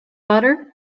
butter